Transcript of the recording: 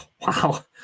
Wow